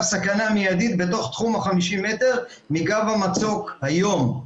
סכנה מיידית בתוך תחום ה-50 מטר מגב המצוק היום.